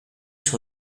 sur